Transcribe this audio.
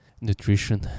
nutrition